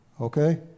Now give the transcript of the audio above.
okay